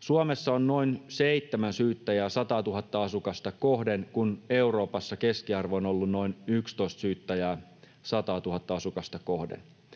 Suomessa on noin 7 syyttäjää 100 000:ta asukasta kohden, kun Euroopassa keskiarvo on ollut noin 11 syyttäjää 100 000:ta asukasta kohden.